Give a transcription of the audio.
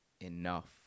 enough